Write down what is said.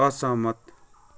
असहमत